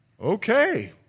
Okay